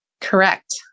Correct